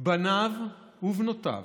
בניו ובנותיו,